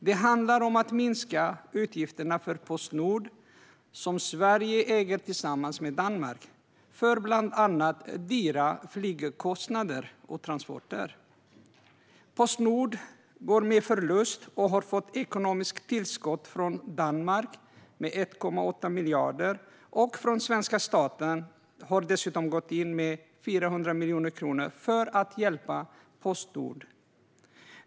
Det handlar om att minska utgifterna för Postnord, som Sverige äger tillsammans med Danmark, för bland annat dyra flygtransporter. Postnord går med förlust och har fått ekonomiskt tillskott från Danmark med 1,8 miljarder. Svenska staten har dessutom gått in med 400 miljoner kronor för att hjälpa Postnord.